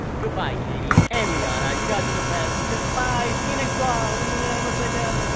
goodbye, katie and leana. you guys are the best. bye, see you next vlog. oh my god, i'm upside down